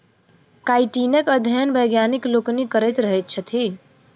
काइटीनक अध्ययन वैज्ञानिक लोकनि करैत रहैत छथि